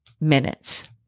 minutes